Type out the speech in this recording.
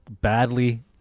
badly